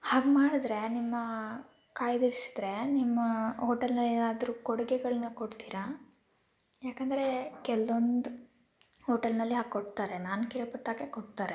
ಹಾಗೆ ಮಾಡಿದ್ರೆ ನಿಮ್ಮ ಕಾಯ್ದಿರಿಸಿದ್ರೆ ನಿಮ್ಮ ಹೋಟಲ್ನಲ್ಲಿ ಏನಾದ್ರೂ ಕೊಡುಗೆಗಳ್ನ ಕೊಡ್ತೀರಾ ಯಾಕಂದ್ರೆ ಕೆಲ್ವೊಂದು ಹೋಟೆಲ್ನಲ್ಲಿ ಹಾಗೆ ಕೊಡ್ತಾರೆ ನಾನು ಕೇಳ್ಪಟ್ಟಾಗೆ ಕೊಡ್ತಾರೆ